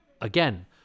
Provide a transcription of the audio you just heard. again